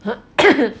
!huh!